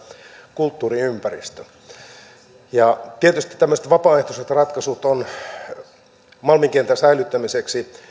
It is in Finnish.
kulttuuriympäristö tietysti tämmöiset vapaaehtoiset ratkaisut ovat malmin kentän säilyttämiseksi